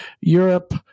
Europe